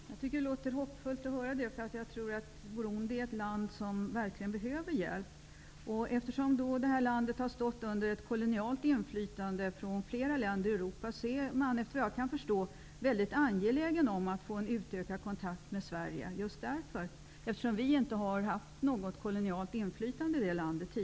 Herr talman! Det låter hoppfullt. Burundi är ett land som verkligen behöver hjälp. Eftersom Burundi har stått under ett kolonialt inflytande från flera länder i Europa, är man -- såvitt jag kan förstå -- väldigt angelägen om att få en utökad kontakt med Sverige. Vi har ju tidigare inte haft något kolonialt inflytande i landet.